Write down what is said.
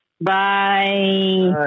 Bye